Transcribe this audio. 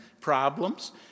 problems